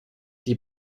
die